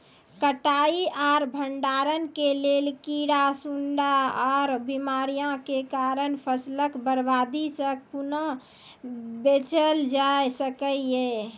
कटाई आर भंडारण के लेल कीड़ा, सूड़ा आर बीमारियों के कारण फसलक बर्बादी सॅ कूना बचेल जाय सकै ये?